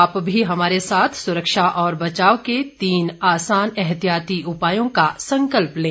आप भी हमारे साथ सुरक्षा और बचाव के तीन आसान एहतियाती उपायों का संकल्प लें